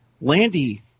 landy